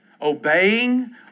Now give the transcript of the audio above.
Obeying